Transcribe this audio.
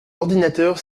ordinateur